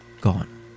gone